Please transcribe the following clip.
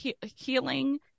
healing